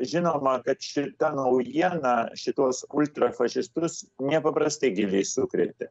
žinoma kad šita naujiena šituos ultrafašistus nepaprastai giliai sukrėtė